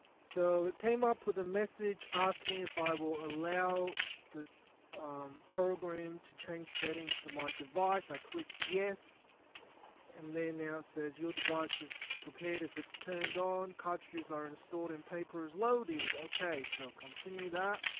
so it came up with a message asking if i will allow this program to change settings to my device i clicked yes and there now says your device is prepared if it's turned on cartridges are installed and paper is loaded okay so continue that